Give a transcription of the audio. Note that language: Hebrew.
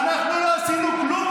ואנחנו לא עשינו כלום,